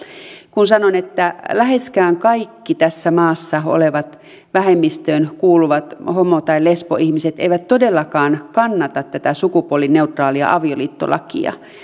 kun sanoin että läheskään kaikki tässä maassa olevat vähemmistöön kuuluvat homo tai lesboihmiset eivät todellakaan kannata tätä sukupuolineutraalia avioliittolakia